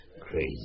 Crazy